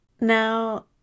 now